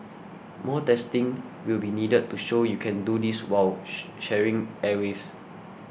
more testing will be needed to show you can do this while sharing airwaves